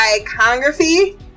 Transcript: iconography